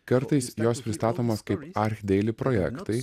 kartais jos pristatomos kaip archdeili projektai